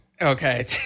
okay